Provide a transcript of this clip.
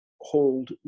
hold